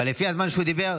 אבל לפי הזמן שהוא דיבר,